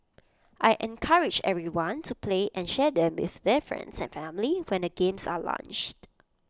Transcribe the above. I encourage everyone to play and share them with their friends and family when the games are launched